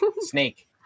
Snake